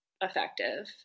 effective